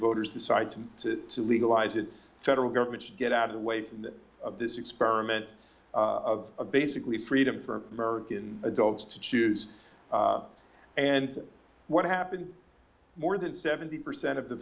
voters decide to legalize it federal government should get out of the way from that of this experiment of basically freedom for american adults to choose and what happens more than seventy percent of the